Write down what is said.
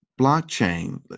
blockchain